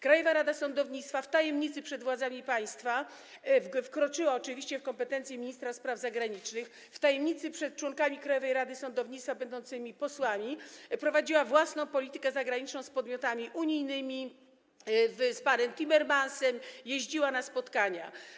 Krajowa Rada Sądownictwa w tajemnicy przed władzami państwa wkroczyła oczywiście w kompetencje ministra spraw zagranicznych, w tajemnicy przed członkami Krajowej Rady Sądownictwa będącymi posłami prowadziła własną politykę zagraniczną w relacjach z podmiotami unijnymi, z panem Timmermansem jeździła na spotkania.